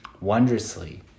wondrously